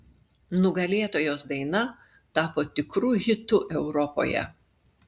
nugalėtojos daina tapo tikru hitu europoje